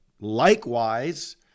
likewise